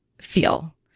feel